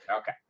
Okay